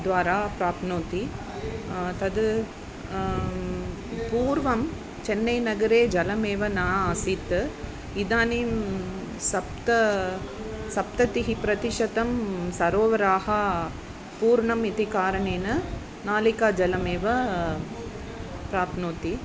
द्वारा प्राप्नोति तद् पूर्वं चन्नैनगरे जलमेव न आसीत् इदानीं सप्त सप्ततिः प्रतिशतं सरोवराः पूर्णम् इति कारणेन नलिकाजलमेव प्राप्नोति